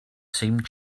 seemed